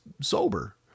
sober